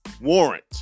Warrant